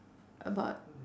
about